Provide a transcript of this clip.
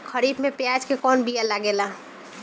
खरीफ में प्याज के कौन बीया लागेला?